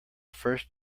first